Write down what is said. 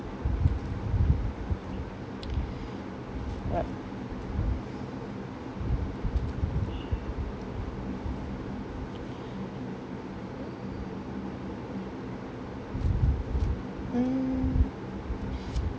what mm